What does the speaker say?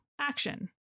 action